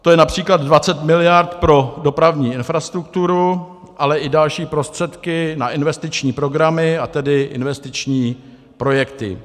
To je například 20 miliard pro dopravní infrastrukturu, ale i další prostředky na investiční programy, a tedy investiční projekty.